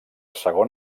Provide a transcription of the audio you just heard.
segon